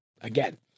Again